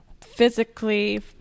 physically